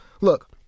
look